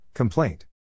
Complaint